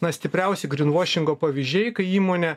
na stipriausi grinvošingo pavyzdžiai kai įmonė